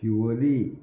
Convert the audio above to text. Siolim